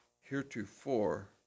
heretofore